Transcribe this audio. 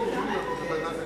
כזה דבר דוחה,